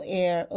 air